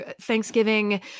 Thanksgiving